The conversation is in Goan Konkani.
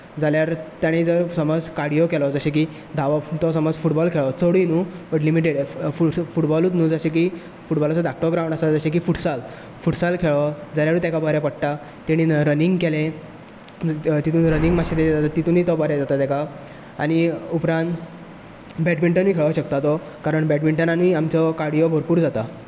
जाल्यार तांणी जर समज कार्डियो केलो जशें की धांवप तो जर फुटबॉल खेळ्ळो चडूय न्हू बट लिमिटेड फुटबॉलूच न्हू जशें की फुटबॉलाचो धाकटो ग्रांवड आसा जशें की फुटसल फुटसल खेळ्ळो जाल्यारूय तेका बऱ्याक पडटा तेणी रनींग केलें तितून रनींग मात्शें तितुनूय बरें जाता तेका आनी उपरांत बॅडमिंटनूय खेळोंक शकता तो कारण बॅडमिंटनानूय आमचो कार्डियो भरपूर जाता